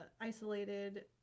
isolated